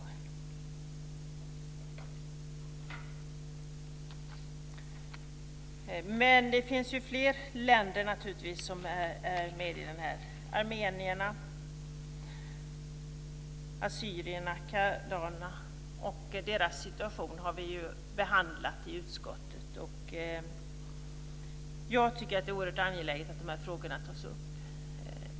Men det finns naturligtvis fler länder som är med i det här. Armenierna, assyrierna, kaldéerna och deras situation har vi ju behandlat i utskottet. Jag tycker att det är oerhört angeläget att de här frågorna tas upp.